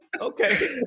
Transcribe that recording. okay